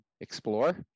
explore